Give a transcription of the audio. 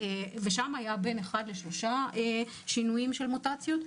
שם היה בין שינוי אחד לשלושה שינויים של מוטציות,